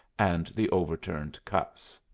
and the overturned cups.